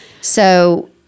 So-